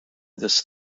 this